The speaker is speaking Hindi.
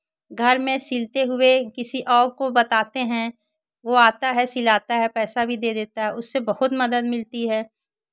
घर में सिलते हुए किसी और को बताते हैं वो आता है सिलाता है पैसा भी दे देता है उससे बहुत मदद मिलती है